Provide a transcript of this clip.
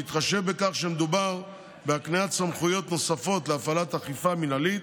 בהתחשב בכך שמדובר בהקניית סמכויות נוספות להפעלת אכיפה מינהלית,